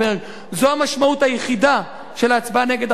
זו המשמעות היחידה של ההצבעה נגד החוק הזה.